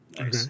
Okay